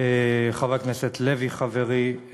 חבר הכנסת לוי חברי,